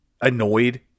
Annoyed